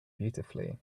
beautifully